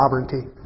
sovereignty